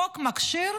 החוק מכשיר.